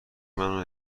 منو